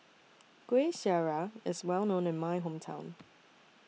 Kueh Syara IS Well known in My Hometown